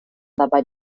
dabei